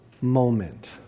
moment